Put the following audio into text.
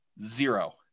Zero